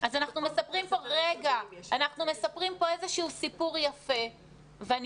אז אנחנו מספרים פה איזשהו סיפור יפה ואני